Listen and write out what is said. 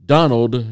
Donald